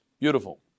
Beautiful